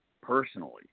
personally